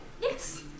Yes